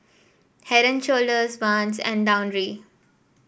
Head And Shoulders Vans and Downy